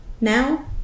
now